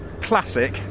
classic